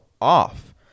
off